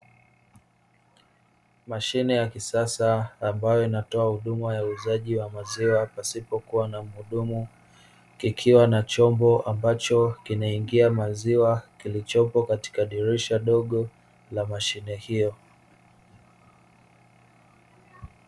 Mashine ya kisasa ambayo inatoa huduma ya uuzaji wa maziwa pasipokuwa na mhudumu, kikiwa na chombo ambacho kinakingia maziwa kilichopo katika dirisha dogo la mashine hiyo.